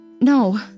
no